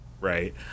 right